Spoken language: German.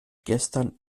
gestern